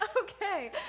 Okay